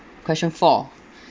question four